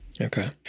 Okay